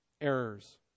errors